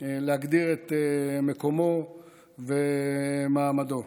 להגדיר את מקומו ומעמדו.